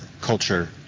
culture